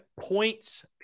points